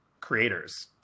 creators